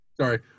sorry